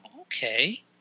Okay